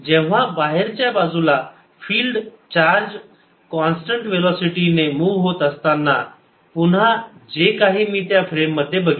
जेव्हा बाहेरच्या बाजूला फिल्ड चार्ज कॉन्स्टंट वेलोसिटी ने मूव्ह होत असताना पुन्हा जे काही मी त्या फ्रेम मध्ये बघितले